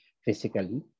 Physically